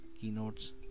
keynotes